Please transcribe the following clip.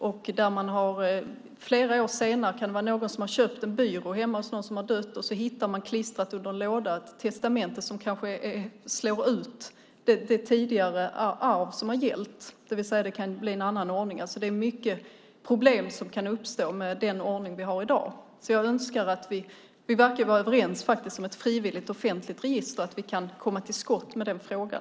Någon kan ha köpt en byrå hos någon som har dött och flera år senare hittar man, klistrat under en låda, ett testamente som slår ut det arv som har gällt tidigare så att det blir en annan ordning. Det är mycket problem som kan uppstå med den ordning vi har i dag. Vi verkar vara överens om ett frivilligt offentligt register så att vi kan komma till skott med den frågan.